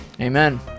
Amen